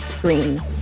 Green